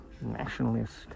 nationalist